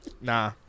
Nah